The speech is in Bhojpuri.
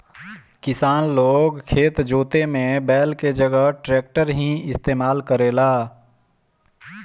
किसान लोग खेत जोते में बैल के जगह ट्रैक्टर ही इस्तेमाल करेला